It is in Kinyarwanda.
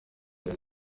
rya